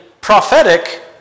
prophetic